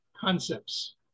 concepts